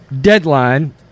deadline